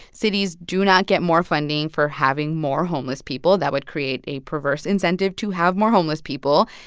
cities do not get more funding for having more homeless people. that would create a perverse incentive to have more homeless people.